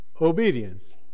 obedience